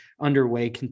underway